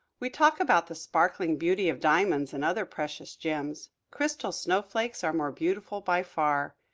we talk about the sparkling beauty of diamonds and other precious gems crystal snowflakes are more beautiful by far.